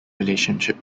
relationship